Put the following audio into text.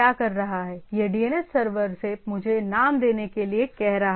यह DNS server से मुझे नाम देने के लिए कह रहा है